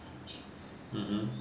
mmhmm